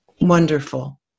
Wonderful